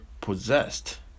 possessed